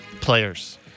players